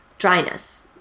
Dryness